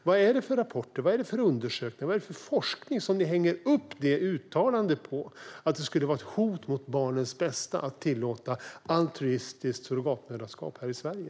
Vad är det i rapporter, undersökningar eller forskning som ni hänger upp uttalandet att det skulle vara ett hot mot barnens bästa att tillåta altruistiskt surrogatmoderskap i Sverige?